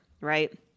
right